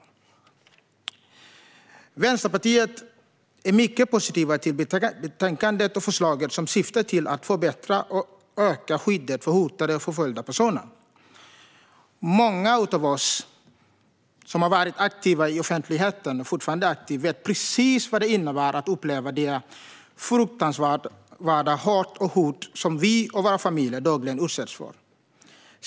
Vi i Vänsterpartiet är mycket positiva till betänkandet och förslaget som syftar till att förbättra och öka skyddet för hotade och förföljda personer. Många av oss som har varit, och som fortfarande är, aktiva i offentligheten vet precis vad det innebär att uppleva det fruktansvärda hat och hot som vi och våra familjer dagligen utsätts för.